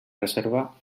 reserva